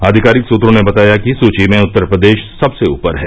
आधिकारिक सूत्रों ने बताया कि सूची में उत्तर प्रदेश सबसे ऊपर है